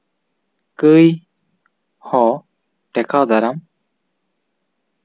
ᱠᱟᱹᱭ ᱦᱚᱸ ᱴᱮᱠᱟᱣ ᱫᱟᱨᱟᱢ